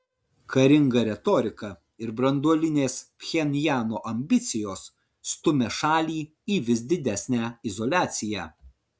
karinga retorika ir branduolinės pchenjano ambicijos stumia šalį į vis didesnę izoliaciją